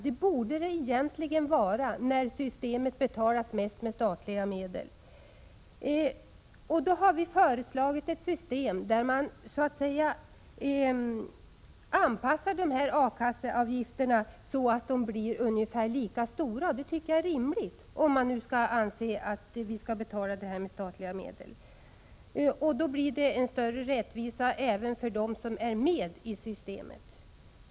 Det borde de egentligen vara, när systemet mest betalas med statliga medel. Vi har föreslagit ett system, där man så att säga anpassar A-kasseavgifterna så att de blir ungefär lika stora. Det är rimligt, om man nu anser att systemet skall betalas med statliga medel. Då blir det en större rättvisa även för dem som omfattas av systemet."